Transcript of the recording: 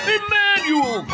Emmanuel